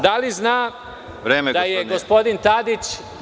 Da li zna da je gospodin Tadić…